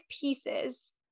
pieces